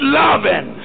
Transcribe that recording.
loving